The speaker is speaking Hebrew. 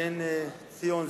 בן ציון,